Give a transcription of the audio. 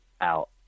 out